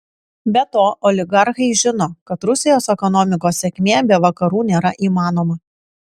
be to oligarchai žino kad rusijos ekonomikos sėkmė be vakarų nėra įmanoma